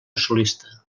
solista